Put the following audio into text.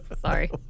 Sorry